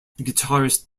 guitarist